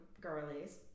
girlies